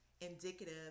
indicative